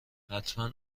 حتما